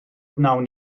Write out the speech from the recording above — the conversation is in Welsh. wnawn